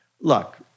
Look